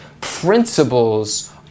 principles